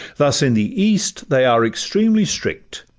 thus in the east they are extremely strict,